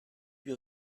lui